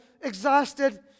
exhausted